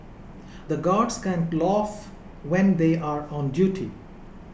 the guards can't laugh when they are on duty